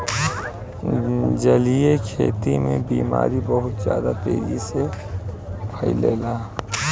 जलीय खेती में बीमारी बहुत ज्यादा तेजी से फइलेला